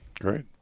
Great